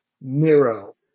Nero